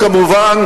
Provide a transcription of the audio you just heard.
כמובן,